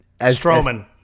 Strowman